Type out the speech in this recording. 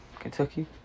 kentucky